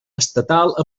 estatal